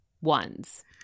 ones